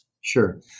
Sure